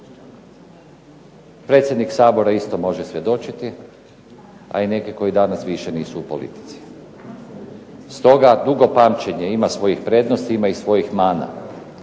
Predsjednik Sabora isto može svjedočiti, a i neki koji danas više nisu u politici. Stoga, dugo pamćenje ima svojih prednosti, ima i svojih mana.